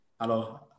Hello